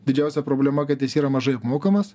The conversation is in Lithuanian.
didžiausia problema kad jis yra mažai apmokamas